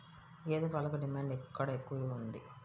గేదె పాలకు డిమాండ్ ఎక్కడ ఎక్కువగా ఉంది?